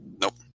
Nope